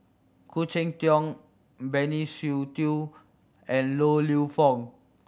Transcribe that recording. Khoo Cheng Tiong Benny Se Teo and Yong Lew Foong